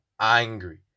Angry